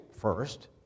first